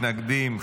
מתנגדים,